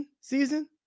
season